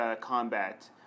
combat